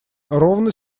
ровно